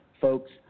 Folks